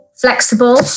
flexible